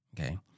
Okay